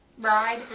ride